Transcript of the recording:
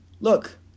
Look